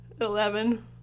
Eleven